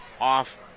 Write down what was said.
off